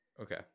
Okay